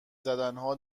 زدنها